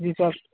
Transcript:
जी sir